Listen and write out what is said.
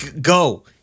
go